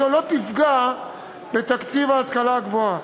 אם זה הפרצוף של הציונות, גועל נפש.